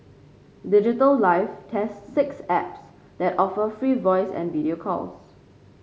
Digital Life tests six apps that offer free voice and video calls